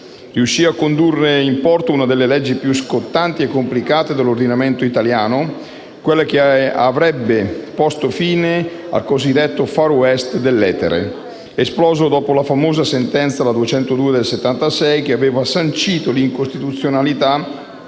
Riuscì a condurre in porto una delle leggi più scottanti e complicate dell'ordinamento italiano, quella che avrebbe posto fine al cosiddetto *far west* dell'etere, esploso dopo la famosa sentenza n. 202 del 1976, che aveva sancito l'incostituzionalità